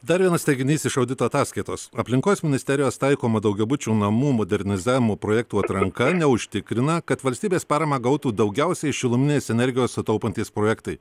dar vienas teiginys iš audito ataskaitos aplinkos ministerijos taikoma daugiabučių namų modernizavimo projektų atranka neužtikrina kad valstybės paramą gautų daugiausiai šiluminės energijos sutaupantys projektai